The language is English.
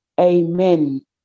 Amen